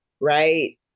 right